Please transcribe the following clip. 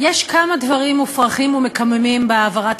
יש כמה דברים מופרכים ומקוממים בהעברת